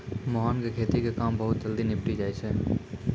मोहन के खेती के काम बहुत जल्दी निपटी जाय छै